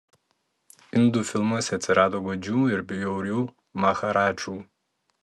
indų filmuose atsirado godžių ir bjaurių maharadžų